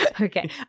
Okay